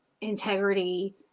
integrity